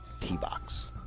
T-Box